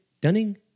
Dunning